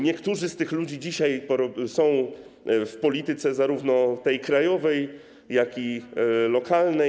Niektórzy z tych ludzi dzisiaj są w polityce, zarówno krajowej, jak i lokalnej.